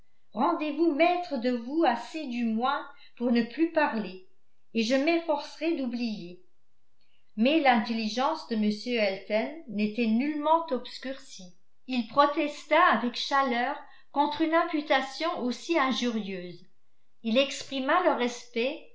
rendez-vous maître de vous assez du moins pour ne plus parler et je m'efforcerai d'oublier mais l'intelligence de m elton n'était nullement obscurcie il protesta avec chaleur contre une imputation aussi injurieuse il exprima le respect